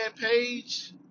Page